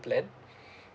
plan